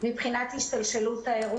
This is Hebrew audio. אתה שואל על השתלשלות האירוע?